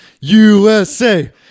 USA